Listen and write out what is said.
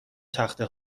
تخته